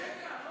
רגע,